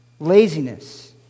laziness